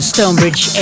Stonebridge